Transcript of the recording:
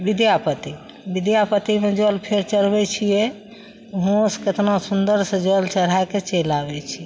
विद्यापति विद्यापतिमे जल फेर चढ़बय छियै वहाँसँ केतना सुन्दरसँ जल चढ़ायके चलि आबय छियै